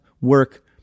work